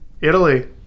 Italy